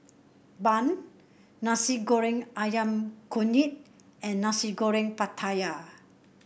Bun Nasi Goreng ayam Kunyit and Nasi Goreng Pattaya